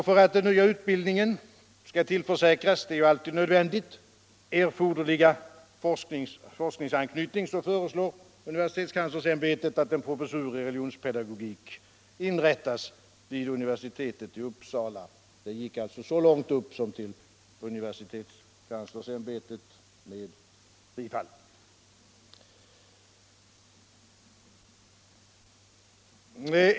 För att den nya utbildningen skall tillföras erforderlig forskningsanknytning — det är ju alltid nödvändigt — förestår universitetskanslersämbetet att en professur i religionspedagogik inrättas vid universitetet i Uppsala. Det gick alltså så långt upp som till universitetskanslersämbetet med bifall.